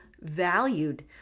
valued